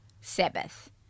Sabbath